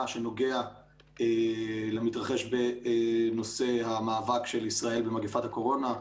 שנוגע למתרחש בנושא המאבק של ישראל במגפת הקורונה,